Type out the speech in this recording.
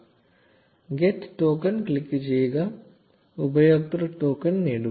0439 'get token ക്ലിക്കുചെയ്യുക ഉപയോക്തൃ token നേടുക